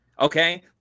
Okay